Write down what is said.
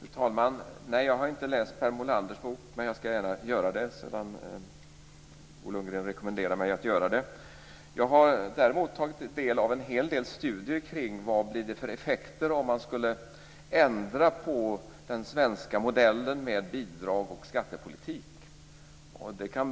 Fru talman! Nej, jag har inte läst Per Molanders bok, men jag skall gärna göra det sedan Bo Lundgren rekommenderat mig att göra det. Jag har däremot tagit del av en hel del studier kring vad det blir för effekter om man skulle ändra på den svenska modellen med bidrag och skattepolitik.